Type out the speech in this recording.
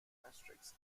asterisk